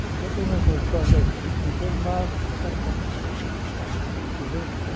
सोबख'दोंना सोबख'वाखै नोंसोर मा फाथ्था दं मिनथिदों